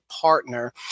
partner